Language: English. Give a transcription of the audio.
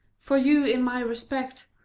for you, in my respect,